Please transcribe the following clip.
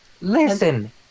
Listen